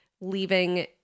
leaving